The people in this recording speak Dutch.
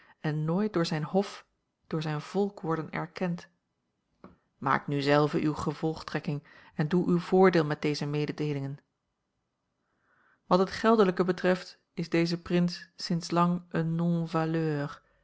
en nooit door zijn hof door zijn volk worden erkend maak nu zelve uwe gevolgtrekking en doe uw voordeel met deze mededeelingen wat het geldelijke betreft is deze prins sinds lang een